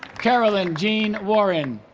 caroline jean warren